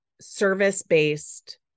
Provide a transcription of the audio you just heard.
service-based